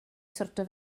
sortio